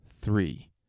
three